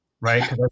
Right